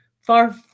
far